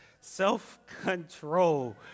Self-control